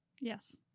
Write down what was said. Yes